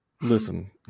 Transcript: Listen